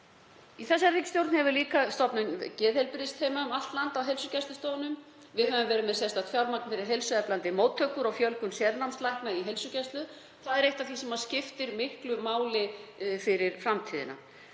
þessarar ríkisstjórnar hafa líka verið stofnuð geðheilbrigðisteymi um allt land á heilsugæslustöðvunum. Við höfum verið með sérstakt fjármagn fyrir heilsueflandi móttökur og fjölgun sérnámslækna í heilsugæslu. Það er eitt af því sem skiptir miklu máli fyrir framtíðina.